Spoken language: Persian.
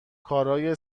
کارای